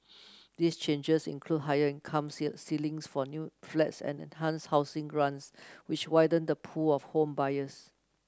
these changes include higher income ceil ceilings for new flats and enhanced housing grants which widen the pool of home buyers